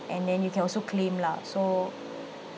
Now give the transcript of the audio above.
and then you can also claim lah so